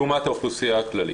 לעומת האוכלוסייה הכללית.